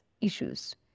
issues